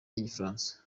n’igifaransa